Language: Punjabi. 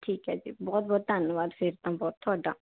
ਠੀਕ ਹੈ ਜੀ ਬਹੁਤ ਬਹੁਤ ਧੰਨਵਾਦ ਫਿਰ ਤਾਂ ਬਹੁਤ ਤੁਹਾਡਾ